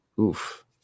Oof